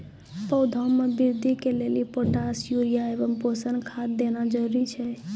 पौधा मे बृद्धि के लेली पोटास यूरिया एवं पोषण खाद देना जरूरी छै?